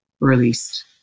released